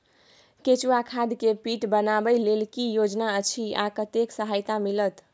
केचुआ खाद के पीट बनाबै लेल की योजना अछि आ कतेक सहायता मिलत?